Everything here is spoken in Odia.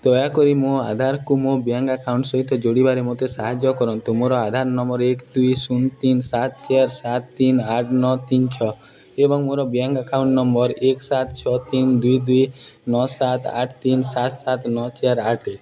ଦୟାକରି ମୋ ଆଧାରକୁ ମୋ ବ୍ୟାଙ୍କ ଆକାଉଣ୍ଟ ସହିତ ଯୋଡ଼ିବାରେ ମୋତେ ସାହାଯ୍ୟ କରନ୍ତୁ ମୋର ଆଧାର ନମ୍ବର ଏକ ଦୁଇ ଶୂନ ତିନି ସାତ ଚାରି ସାତ ତିନି ଆଠ ନଅ ତିନି ଛଅ ଏବଂ ମୋର ବ୍ୟାଙ୍କ ଆକାଉଣ୍ଟ ନମ୍ବର ଏକ ସାତ ଛଅ ତିନି ଦୁଇ ଦୁଇ ନଅ ସାତ ଆଠ ତିନି ସାତ ସାତ ନଅ ଚାରି ଆଠ ଏକ